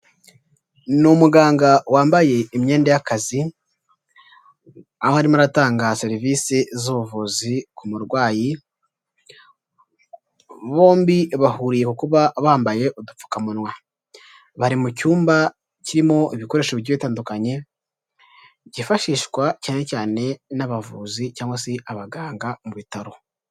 Ni umuganga wambaye imyenda y'akazi, aho arimo aratanga serivisi z'ubuvuzi ku murwayi, bombi bahuriye ku kuba bambaye udupfukamunwa, bari mu cyumba kirimo ibikoresho bigiye bitandukanye, byifashishwa cyane cyane n'abavuzi cyangwa se abaganga mu bitaro.